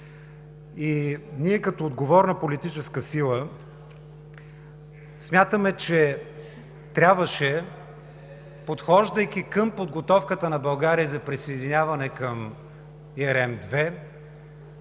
Ние като отговорна политическа сила смятаме, че трябваше, подхождайки към подготовката на България за присъединяване към ERM